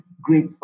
great